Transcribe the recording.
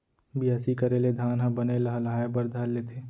बियासी करे ले धान ह बने लहलहाये बर धर लेथे